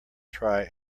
try